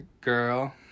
girl